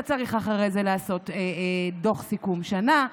אתה צריך אחרי זה לעשות דוח סיכום שנה,